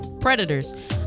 predators